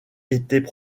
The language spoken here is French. étaient